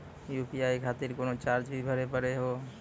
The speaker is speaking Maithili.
यु.पी.आई खातिर कोनो चार्ज भी भरी पड़ी हो?